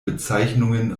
bezeichnungen